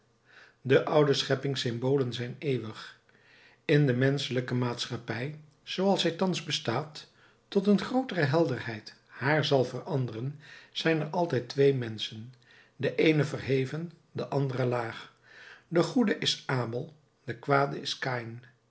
de oude scheppings symbolen zijn eeuwig in de menschelijke maatschappij zooals zij thans bestaat tot een grootere helderheid haar zal veranderen zijn er altijd twee menschen de eene verheven de andere laag de goede is abel de kwade is kaïn